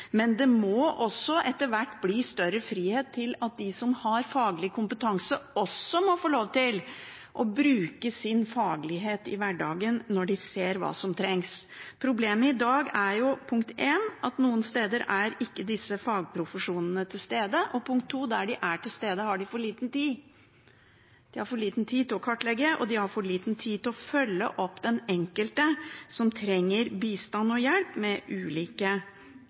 Men det må også etter hvert bli slik at de som har faglig kompetanse, må få større frihet til å bruke sin faglighet i hverdagen når de ser hva som trengs. Problemet i dag er at noen steder er ikke disse fagprofesjonene til stede, og der de er til stede, har de for liten tid. De har for liten tid til å kartlegge, og de har for liten tid til å følge opp den enkelte som trenger hjelp til ulike